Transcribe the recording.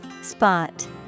Spot